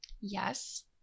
Yes